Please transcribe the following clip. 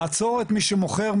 לעצור את מי שמוכר,